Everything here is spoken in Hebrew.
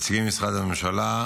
נציגי משרד הממשלה,